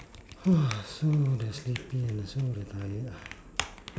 so the sleepy and so the tired ah